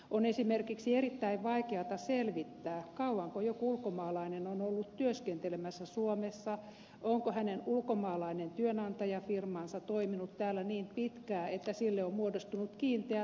on esimerkiksi erittäin vaikeata selvittää kauanko joku ulkomaalainen on ollut työskentelemässä suomessa onko hänen ulkomaalainen työnantajafirmansa toiminut täällä niin pitkään että sille on muodostunut kiinteä toimipaikka